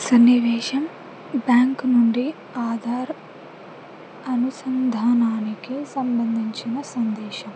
సన్నివేశం బ్యాంక్ నుండి ఆధార్ అనుసంధానానికి సంబంధించిన సందేశం